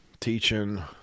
teaching